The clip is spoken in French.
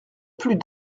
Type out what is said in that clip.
plus